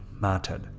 mattered